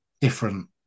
different